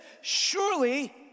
surely